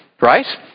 right